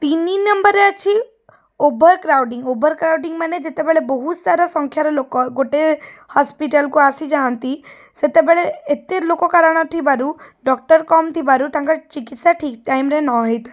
ତିନି ନମ୍ବର୍ରେ ଅଛି ଓଭର କ୍ରାଉଡ଼ିଙ୍ଗ୍ ଓଭର କ୍ରାଉଡ଼ିଙ୍ଗ୍ ମାନେ ଯେତେବେଳେ ବହୁତସାରା ସଂଖ୍ୟାର ଲୋକ ଗୋଟେ ହସ୍ପିଟାଲ୍କୁ ଆସିଯାଆନ୍ତି ସେତେବେଳେ ଏତେ ଲୋକ କାରଣ ଥିବାରୁ ଡକ୍ଟର୍ କମ୍ ଥିବାରୁ ତାଙ୍କର ଚିକିତ୍ସା ଠିକ୍ ଟାଇମ୍ରେ ନହେଇଥାଏ